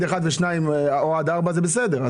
בסדר.